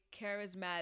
charismatic